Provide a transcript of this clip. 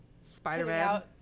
Spider-Man